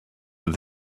that